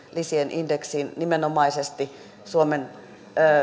indeksiin nimenomaisesti suomen